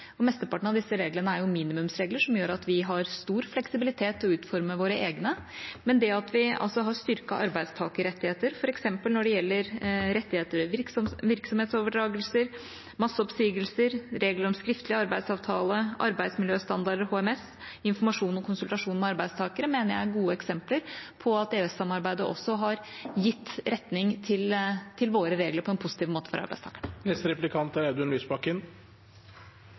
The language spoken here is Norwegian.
tidligere. Mesteparten av disse reglene er minimumsregler, noe som gjør at vi har stor fleksibilitet til å utforme våre egne. Men det at vi har styrket arbeidstakerrettigheter – f.eks. når det gjelder rettigheter ved virksomhetsoverdragelser og masseoppsigelser, regler om skriftlig arbeidsavtale, arbeidsmiljøstandarder og HMS, informasjon og konsultasjon med arbeidstakere – mener jeg er gode eksempler på at EØS-samarbeidet også har gitt retning til våre regler på en positiv måte for